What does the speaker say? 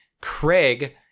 Craig